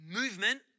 movement